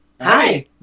Hi